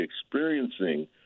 experiencing